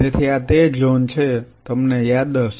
તેથી આ તે ઝોન છે જે તમને યાદ હશે